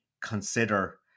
consider